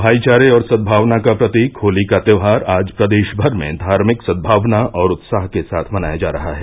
भाईचारे और सद्भावना का प्रतीक होली का त्योहार आज प्रदेश भर में धार्मिक सद्भावना और उत्साह के साथ मनाया जा रहा है